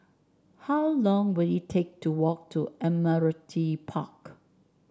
how long will it take to walk to Admiralty Park